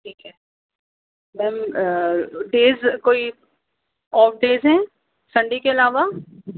ٹھیک ہے ma'am days کوئی آف ڈیز ہیں سنڈے کے علاوہ